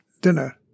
dinner